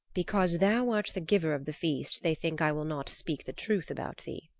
because thou art the giver of the feast they think i will not speak the truth about thee.